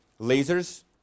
lasers